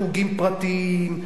בחוגים פרטיים,